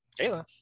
Kayla